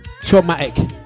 traumatic